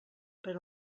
per